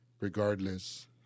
Regardless